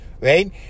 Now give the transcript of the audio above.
right